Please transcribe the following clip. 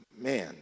Man